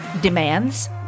demands